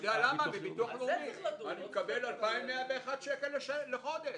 אני מקבל 2,101 שקל לחודש.